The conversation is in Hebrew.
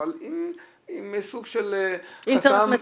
אבל עם סוג של --- אינטרנט מסונן.